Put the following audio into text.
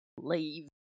Leave